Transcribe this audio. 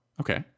Okay